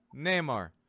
Neymar